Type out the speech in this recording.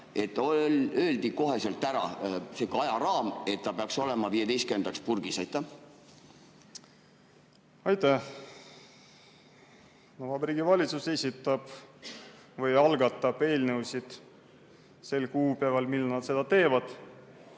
Kas öeldi kohe ära ka ajaraam, et ta peaks olema 15‑ndaks purgis? Aitäh! Vabariigi Valitsus esitab või algatab eelnõusid sel kuupäeval, mil nad seda teevad.